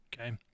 okay